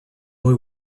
boy